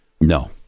No